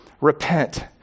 Repent